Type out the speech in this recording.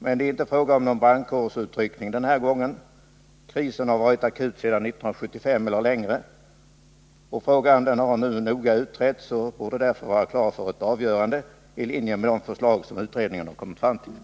Men det är inte fråga om någon brandkårsutryckning denna gång. Krisen har varit akut sedan 1975 eller längre. Frågan har nu noga utretts och borde därför vara klar för avgörande i linje med de förslag som utredningen har kommit fram till.